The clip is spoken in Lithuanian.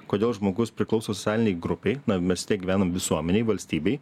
kodėl žmogus priklauso socialinei grupei na mes vis tiek gyvenam visuomenėj valstybėj